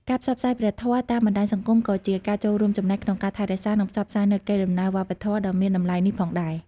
ការផ្សព្វផ្សាយព្រះធម៌តាមបណ្តាញសង្គមក៏ជាការចូលរួមចំណែកក្នុងការថែរក្សា និងផ្សព្វផ្សាយនូវកេរដំណែលវប្បធម៌ដ៏មានតម្លៃនេះផងដែរ។